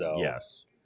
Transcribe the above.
Yes